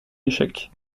échec